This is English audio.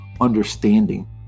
understanding